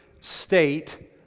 State